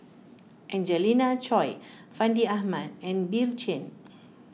Angelina Choy Fandi Ahmad and Bill Chen